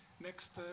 Next